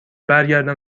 برگردم